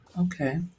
okay